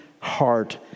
Heart